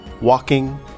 walking